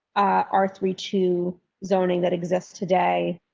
are three, two zoning that exists today?